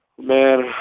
Man